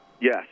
Yes